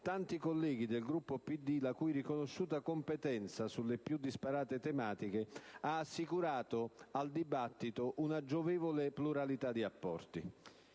tanti colleghi del Gruppo del PD, la cui riconosciuta competenza sulle più disparate tematiche ha assicurato al dibattito una giovevole pluralità di apporti.